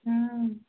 ಹಾಂ ಹಾಂ